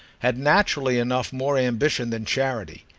had naturally enough more ambition than charity.